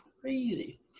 crazy